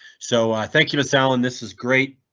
so thank you, miss allen. this is great